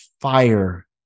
fire